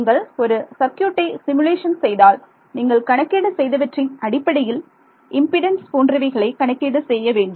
நீங்கள் ஒரு சர்க்யூட்டை சிமுலேஷன் செய்தால் நீங்கள் கணக்கீடு செய்தவற்றின் அடிப்படையில் இம்பிடன்ஸ் போன்றவைகளை கணக்கீடு செய்ய வேண்டும்